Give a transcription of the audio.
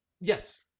Yes